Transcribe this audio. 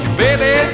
baby